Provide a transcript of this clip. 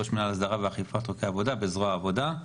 ראש מינהל הסדרה ואכיפת חוקי עבודה בזרוע העבודה.